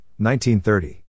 1930